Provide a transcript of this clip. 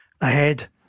ahead